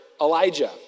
Elijah